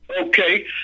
Okay